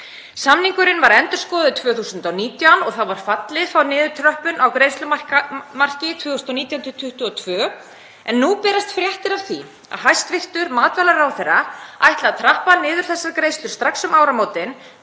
Samningurinn var endurskoðaður 2019 og þá var fallið frá niðurtröppun á greiðslumarki 2019–2022. Nú berast fréttir af því að hæstv. matvælaráðherra ætli að trappa niður þessar greiðslur strax um áramótin